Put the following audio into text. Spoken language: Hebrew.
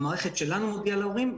המערכת שלנו מודיעה להורים.